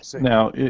Now